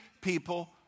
people